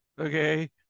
okay